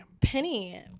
Penny